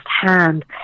firsthand